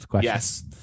Yes